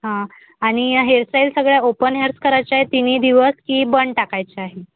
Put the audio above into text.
हां आणि हेअरस्टाईल सगळ्या ओपन हेअर्स करायच्या आहे तिन्ही दिवस की बन टाकायच्या आहे